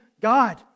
God